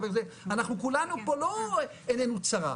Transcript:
אנחנו כולנו פה לא עינינו צרה,